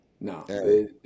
no